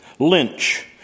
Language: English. Lynch